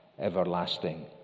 everlasting